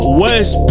west